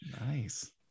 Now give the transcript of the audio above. Nice